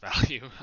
value